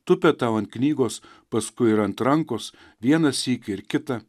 tupia tau ant knygos paskui ir ant rankos vienąsyk ir kitą